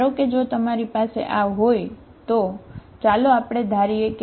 ધારો કે જો તમારી પાસે આ હોય તો બરાબર